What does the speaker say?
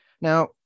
Now